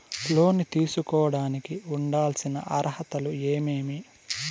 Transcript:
లోను తీసుకోడానికి ఉండాల్సిన అర్హతలు ఏమేమి?